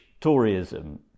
toryism